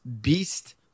beast